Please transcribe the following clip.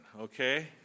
okay